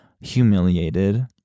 humiliated